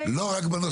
אני אשיב רק במילה,